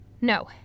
No